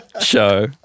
show